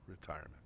retirement